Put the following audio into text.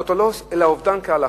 total loss, אלא אובדן כהלכה,